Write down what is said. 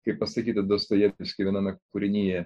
kaip pasakyta dostojevskio viename kūrinyje